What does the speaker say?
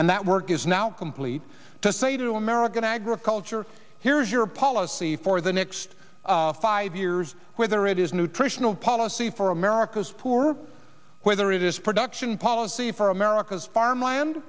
and that work is now complete to say to american agriculture here's your policy for the next five years whether it is nutritional policy for america's poor or whether it is production policy for america's farmland